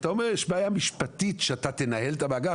ואתה אומר שיש בעיה משפטית שאתה תנהל את המאגר.